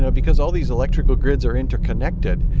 yeah because all these electrical grids are interconnected,